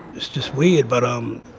it's just weird. but um